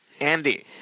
Andy